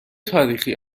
تاریخی